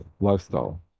lifestyle